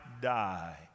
die